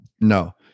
No